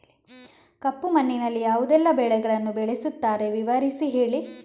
ಕಪ್ಪು ಮಣ್ಣಿನಲ್ಲಿ ಯಾವುದೆಲ್ಲ ಬೆಳೆಗಳನ್ನು ಬೆಳೆಸುತ್ತಾರೆ ವಿವರಿಸಿ ಹೇಳಿ